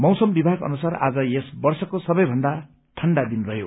मौसम विभाग अनुसार आज यस वर्षको सबैभन्दा ठण्डा दिन रहयो